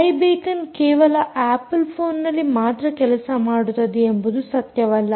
I beacon ಕೇವಲ Apple ಫೋನ್ನಲ್ಲಿ ಮಾತ್ರ ಕೆಲಸ ಮಾಡುತ್ತದೆ ಎಂಬುದು ಸತ್ಯವಲ್ಲ